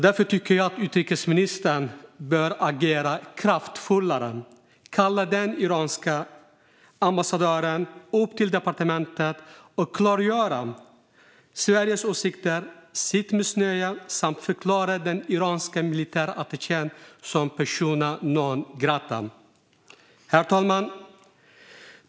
Därför tycker jag att utrikesministern bör agera kraftfullare genom att kalla upp den iranska ambassadören till departementet och klargöra Sveriges åsikter och sitt missnöje samt förklara den iranska militärattachén persona non grata. Herr talman!